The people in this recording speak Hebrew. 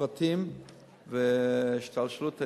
אלה הפרטים והשתלשלות העניינים,